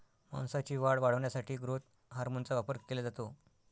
मांसाची वाढ वाढवण्यासाठी ग्रोथ हार्मोनचा वापर केला जातो